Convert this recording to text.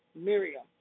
Miriam